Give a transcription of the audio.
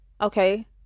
Okay